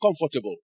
comfortable